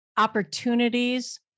opportunities